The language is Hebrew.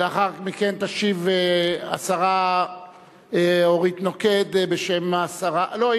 לאחר מכן תשיב השרה אורית נוקד בשם השרה לא,